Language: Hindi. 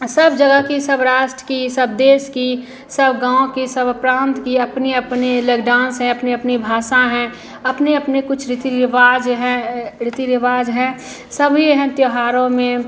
अ सब जगह की सब राष्ट्र की सब देश की सब गाँव की सब प्रांत की अपनी अपनी लइक डांस हैं अपनी अपनी भाषा हैं अपने अपने कुछ रिति रिवाज हैं रीति रिवाज है सभी हैं त्यौहारों में